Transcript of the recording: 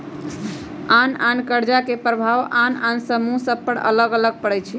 आन आन कर्जा के प्रभाव आन आन समूह सभ पर अलग अलग पड़ई छै